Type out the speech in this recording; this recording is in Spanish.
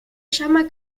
llama